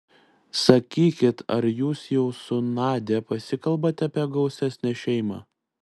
sakykit ar jūs jau su nadia pasikalbate apie gausesnę šeimą